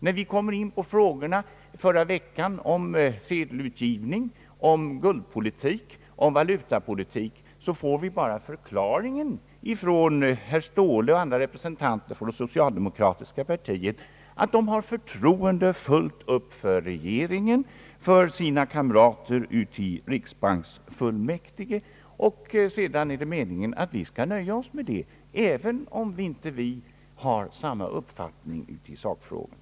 När vi kommer in på frågor — som i förra veckan — om sedelutgivning, guldpolitik, valutapolitik m.m, får vi från herr Ståhle och andra representanter för det socialdemokratiska partiet bara den förklaringen, att man hyser fullt förtroende för regeringen och sina kamrater i riksbanksfullmäktige. Sedan är det meningen att vi skall vara nöjda med detta, även om vi inte har samma uppfattning i sakfrågorna.